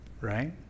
Right